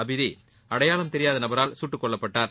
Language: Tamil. அபிதி அடையாம் தெரியாத நபரால் சுட்டுக் கொல்லப்பட்டார்